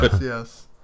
yes